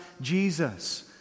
Jesus